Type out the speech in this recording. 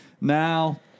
Now